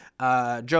Joe